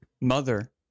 Mother